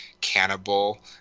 cannibal